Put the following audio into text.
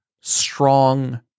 strong